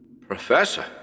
Professor